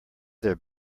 their